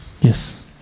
Yes